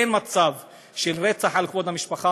אין מצב של רצח על כבוד המשפחה,